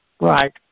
Right